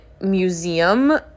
museum